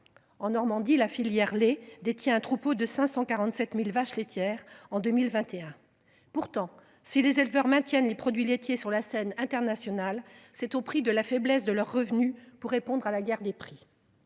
En Normandie, la filière lait détient un troupeau de 547.000 vaches laitières en 2021. Pourtant si les éleveurs maintiennent les produits laitiers. Sur la scène internationale c'est au prix de la faiblesse de leurs revenus pour répondre à la guerre des prix.